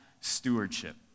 stewardship